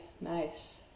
nice